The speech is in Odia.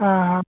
ହଁ ହଁ